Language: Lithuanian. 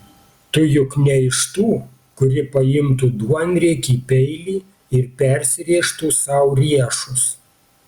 tu juk ne iš tų kuri paimtų duonriekį peilį ir persirėžtų sau riešus